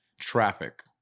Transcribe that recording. traffic